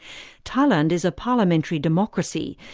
thailand is a parliamentary democracy,